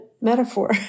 metaphor